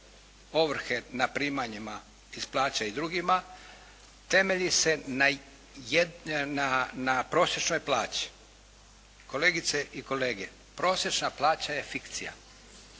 ovrhe na primanjima iz plaće i drugima temelji se na prosječnoj plaći. Kolegice i kolege, prosječna plaća je fikcija.